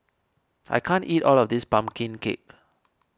I can't eat all of this Pumpkin Cake